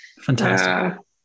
Fantastic